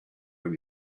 when